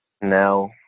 No